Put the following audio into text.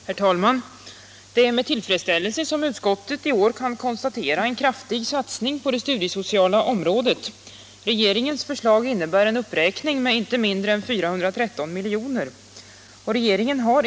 Herr talman! Det är med tillfredsställelse som utskottet i år kan konstatera en kraftig satsning på det studiesociala området. Regeringens förslag innebär en uppräkning med inte mindre än 413 miljoner.